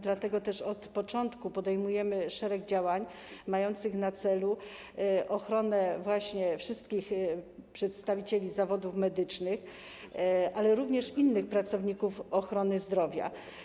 Dlatego też od początku podejmujemy szereg działań mających na celu ochronę wszystkich przedstawicieli zawodów medycznych, ale również innych pracowników ochrony zdrowia.